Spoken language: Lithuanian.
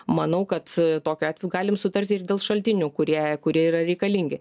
manau kad tokiu atveju galim sutarti ir dėl šaltinių kurie kurie yra reikalingi